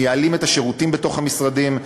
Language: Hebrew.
מייעלים את השירותים בתוך המשרדים,